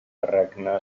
regna